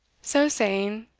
so saying,